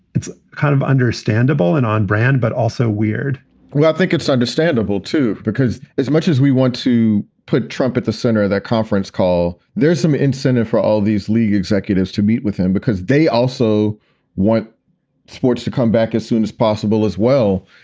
it's kind of understandable. and on brand, but also weird i think it's understandable, too, because as much as we want to put trump at the center of that conference call, there's some incentive for all of these league executives to meet with him because they also want sports to come back as soon as possible as well.